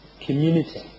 community